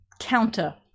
counter